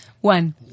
One